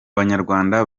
banyarwanda